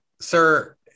Sir